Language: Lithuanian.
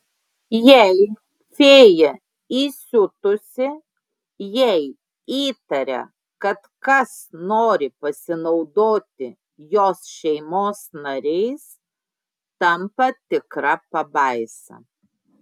jei fėja įsiutusi jei įtaria kad kas nori pasinaudoti jos šeimos nariais tampa tikra pabaisa